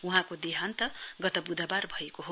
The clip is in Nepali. वहाँको देहान्त गत वुधवार भएको हो